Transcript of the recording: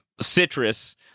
citrus